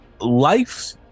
Life